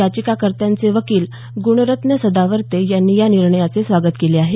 याचिकाकर्त्यांचे वकील ग्रणरत्न सदावर्ते यांनी या निर्णयाचे स्वागत केले आहे